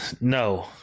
no